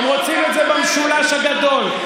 הם רוצים את זה במשולש הגדול,